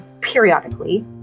periodically